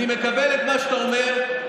אני מקבל את מה שאתה אומר.